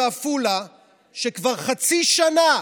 שכבר חצי שנה,